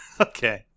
Okay